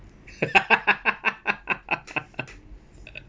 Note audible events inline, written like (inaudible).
(laughs)